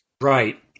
right